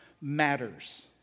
matters